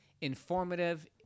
informative